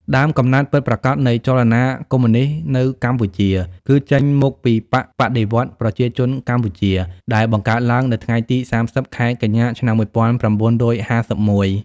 ដើមកំណើតពិតប្រាកដនៃចលនាកុម្មុយនីស្តនៅកម្ពុជា គឺចេញមកពី «បក្សបដិវត្តន៍ប្រជាជនកម្ពុជា» ដែលបង្កើតឡើងនៅថ្ងៃទី៣០ ខែកញ្ញា ឆ្នាំ១៩៥១។